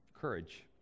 courage